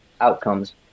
outcomes